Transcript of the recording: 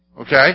Okay